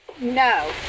No